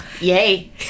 Yay